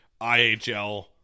IHL